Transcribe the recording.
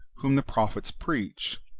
whom the prophets preach,